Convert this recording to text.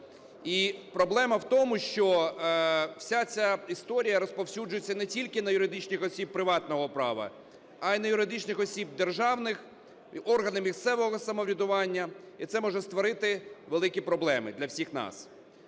І проблема в тому, що вся ця історія розповсюджується не тільки на юридичних осіб приватного права, а і на юридичних осіб державних, органи місцевого самоврядування і це може створити великі проблеми для всіх нас.